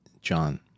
John